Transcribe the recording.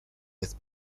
with